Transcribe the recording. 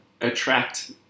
attract